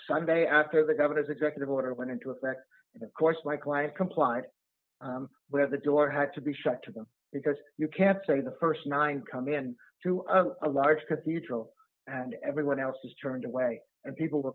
sunday after the governor's executive order went into effect and of course my client complied where the door had to be shut to them because you can't say the st nine come in to a large cathedral and everyone else was turned away and people were